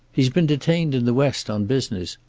he has been detained in the west on business,